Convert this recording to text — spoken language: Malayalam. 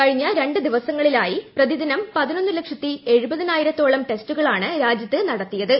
കഴിഞ്ഞ രണ്ട് ദിവസങ്ങളിലായി പ്രതിദ്ദിനും പതിനൊന്നു ലക്ഷത്തി എഴുപതിനായിരത്തോളം ടെസ്റ്റുകളിാണ് രാജ്യത്ത് നടത്തിയത്